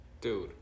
Dude